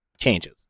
changes